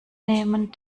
nehmen